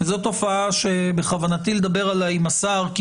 זו תופעה שבכוונתי לדבר עליה עם השר כי